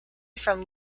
from